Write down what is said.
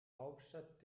hauptstadt